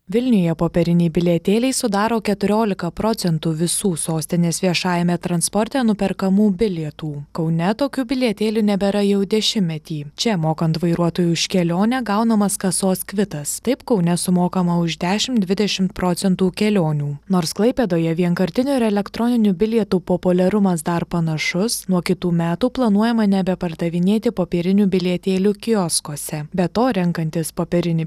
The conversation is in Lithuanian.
vilniuje popieriniai bilietėliai sudaro keturiolika procentų visų sostinės viešajame transporte nuperkamų bilietų kaune tokių bilietėlių nebėra jau dešimtmetį čia mokant vairuotojui už kelionę gaunamas kasos kvitas taip kaune sumokama už dešimt dvidešimt procentų kelionių nors klaipėdoje vienkartinių ir elektroninių bilietų populiarumas dar panašus nuo kitų metų planuojama nebepardavinėti popierinių bilietėlių kioskuose be to renkantis popierinį